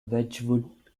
wedgwood